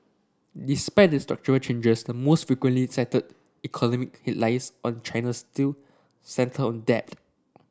despite the structural changes the most frequently cited economic headlines on China still centre on debt